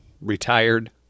retired